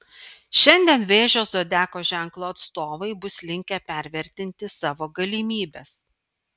šiandien vėžio zodiako ženklo atstovai bus linkę pervertinti savo galimybes